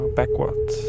backwards